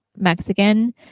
Mexican